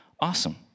awesome